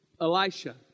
Elisha